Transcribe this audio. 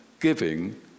giving